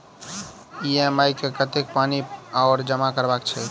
EMI मे कतेक पानि आओर जमा करबाक छैक?